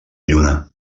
lluna